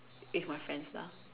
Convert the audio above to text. eat with my friends lah